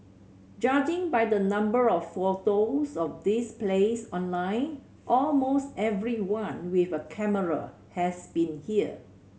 judging by the number of photos of this place online almost everyone with a camera has been here